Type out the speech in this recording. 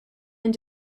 and